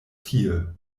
tie